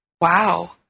wow